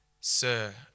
Sir